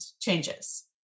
changes